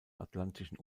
atlantischen